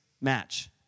match